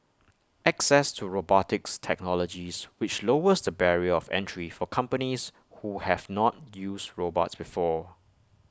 access to robotics technologies which lowers the barrier of entry for companies who have not used robots before